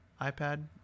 iPad